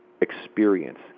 experience